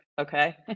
Okay